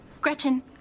Gretchen